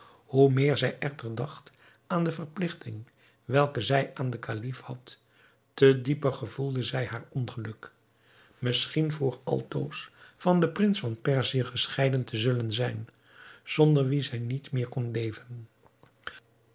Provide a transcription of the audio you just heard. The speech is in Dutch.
hoe meer zij echter dacht aan de verpligting welke zij aan den kalif had te dieper gevoelde zij haar ongeluk misschien voor altoos van den prins van perzië gescheiden te zullen zijn zonder wien zij niet meer kon leven